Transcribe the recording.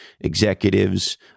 executives